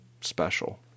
special